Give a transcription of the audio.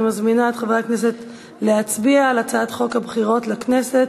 אני מזמינה את חברי הכנסת להצביע על הצעת חוק הבחירות לכנסת